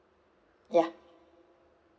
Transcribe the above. ya